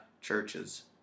churches